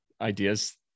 ideas